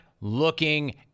looking